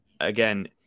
again